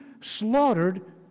slaughtered